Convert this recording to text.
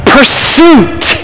Pursuit